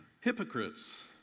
Hypocrites